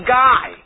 guy